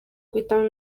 guhitamo